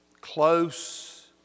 close